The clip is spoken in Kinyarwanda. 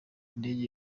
indege